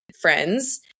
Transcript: friends